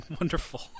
Wonderful